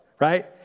right